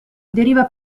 deriva